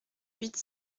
huit